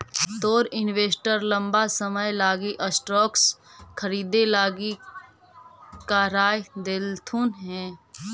तोर इन्वेस्टर लंबा समय लागी स्टॉक्स खरीदे लागी का राय देलथुन हे?